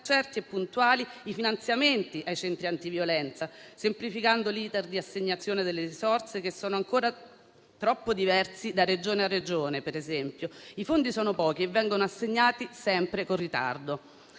certi e puntuali i finanziamenti ai centri antiviolenza, semplificando l'*iter* di assegnazione delle risorse, che sono ancora troppo diversi da Regione a Regione, per esempio. I fondi sono pochi e vengono assegnati sempre con ritardo.